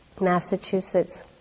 Massachusetts